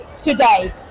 today